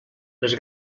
les